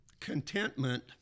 contentment